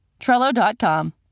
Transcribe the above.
Trello.com